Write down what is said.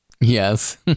Yes